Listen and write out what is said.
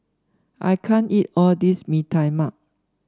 I can't eat all this Mee Tai Mak